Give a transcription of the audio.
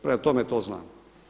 Prema tome, to znamo.